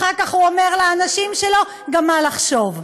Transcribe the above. אחר כך הוא אומר לאנשים שלו גם מה לחשוב.